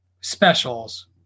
specials